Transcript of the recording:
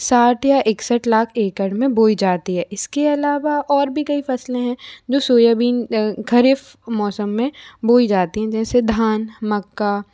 साठ या एकसट लाख एकड़ में बोई जाती है इसके अलावा और भी कई फसलें हैं जो सोयाबीन खरीफ मौसम में बोई जाती हैं जैसे धान मक्का